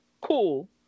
Cool